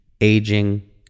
aging